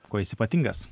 kuo jis ypatingas